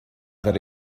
that